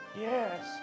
Yes